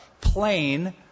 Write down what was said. plain